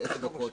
10 דקות,